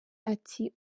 ati